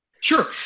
Sure